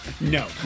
No